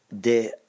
de